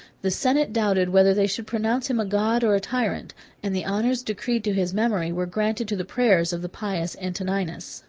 the senate doubted whether they should pronounce him a god or a tyrant and the honors decreed to his memory were granted to the prayers of the pious antoninus.